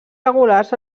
regulars